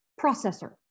processor